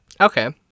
Okay